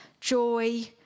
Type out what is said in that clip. Joy